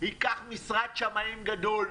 ייקח משרד שמאים גדול,